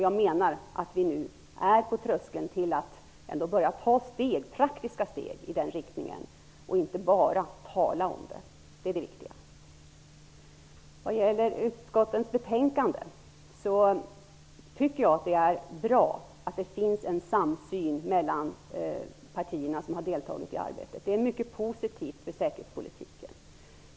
Jag menar att vi nu ändå står på tröskeln till att börja ta praktiska steg i den riktningen och inte bara tala om det. Det är det viktiga. Jag tycker att det är bra att det finns en samsyn i de sammansatta utskottets betänkande mellan de partier som har deltagit i arbetet. Det är mycket positivt för säkerhetspolitiken.